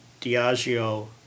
Diageo